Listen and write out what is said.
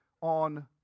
on